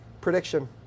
Prediction